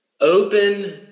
open